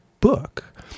book